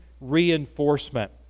reinforcement